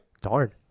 darn